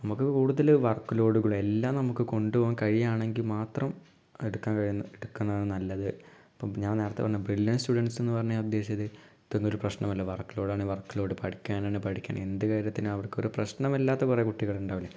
നമുക്ക് കൂടുതൽ വർക്ക് ലോഡുകളൊ എല്ലാം നമുക്ക് കൊണ്ട് പോവാൻ കഴിയാണെങ്കിൽ മാത്രം എടുക്കാൻ കഴിയുന്ന എടുക്കുന്നതാണ് നല്ലത് ഇപ്പം ഞാൻ നേരത്തെ പറഞ്ഞ ബ്രില്ല്യൻറ്റ് സ്റ്റുഡൻസ്ന്ന് പറഞ്ഞാൽ ഞാൻ ഉദ്ദേശിച്ചത് ഇതൊന്നും ഒരുപ്രശ്നമല്ല വർക്ക് ലോഡാണെ വർക്ക് ലോഡ് പഠിക്കാനാണെ പഠിക്കണം എന്ത് കാര്യത്തിനും അവർക്കൊരു പ്രശ്നമല്ലാത്ത കുറെ കുട്ടികളിണ്ടാവില്ലെ